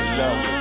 love